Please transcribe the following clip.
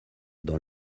dans